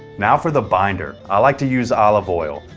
now for the binder, i like to use olive oil.